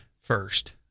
first